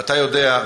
ואתה יודע,